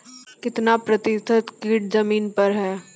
कितना प्रतिसत कीट जमीन पर हैं?